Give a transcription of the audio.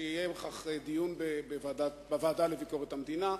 שיהיה על כך דיון בוועדה לביקורת המדינה.